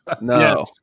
No